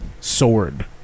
sword